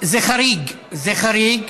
זה חריג, זה חריג.